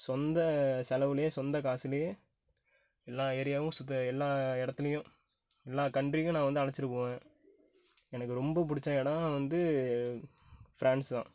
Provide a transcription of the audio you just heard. சொந்த செலவில் சொந்த காசிலயே எல்லா ஏரியாவும் சுற்று எல்லா இடத்துலியும் எல்லா கன்ட்ரிக்கும் நான் வந்து அழைச்சிட்டு போவேன் எனக்கு ரொம்ப பிடிச்ச இடோம் வந்து ஃப்ரான்ஸு தான்